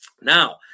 Now